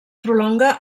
prolonga